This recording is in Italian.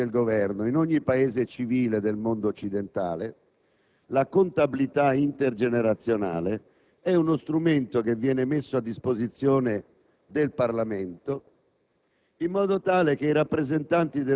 Signor Presidente, signori rappresentanti del Governo, in ogni Paese civile del mondo occidentale la contabilità intergenerazionale è uno strumento che viene messo a disposizione del Parlamento,